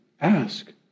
Ask